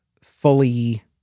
fully